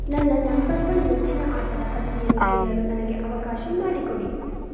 ನನ್ನ number one ನೆಚ್ಚಿನ ಆಟದ ಪಟ್ಟಿಯನ್ನು ಕೇಳಲು ನನಗೆ ಅವಕಾಶ ಮಾಡಿಕೊಡಿ